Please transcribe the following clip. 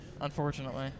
unfortunately